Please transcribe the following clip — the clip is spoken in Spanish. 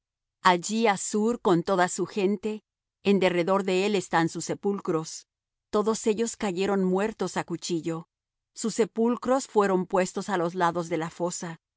allí assur con toda su gente en derredor de él están sus sepulcros todos ellos cayeron muertos á cuchillo sus sepulcros fueron puestos á los lados de la fosa